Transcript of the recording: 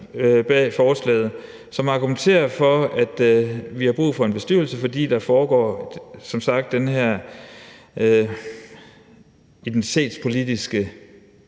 bag forslaget, som argumenterer for, at vi har brug for en bestyrelse, fordi der som sagt foregår den her identitetspolitiske